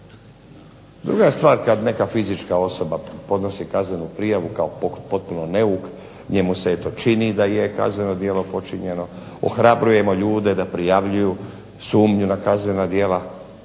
Druga stvar kad neka fizička osoba podnosi kaznenu prijavu kao potpuno neuk, njemu se eto čini da je kazneno djelo počinjeno, ohrabrujemo ljude da prijavljuju sumnju na kaznena djela,